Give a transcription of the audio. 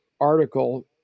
article